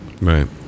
right